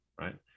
right